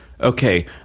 Okay